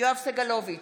יואב סגלוביץ'